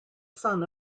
son